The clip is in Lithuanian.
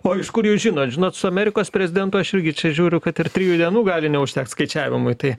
o iš kur jūs žinot žinot su amerikos prezidentu aš irgi čia žiūriu kad ir trijų dienų gali neužtekt skaičiavimui tai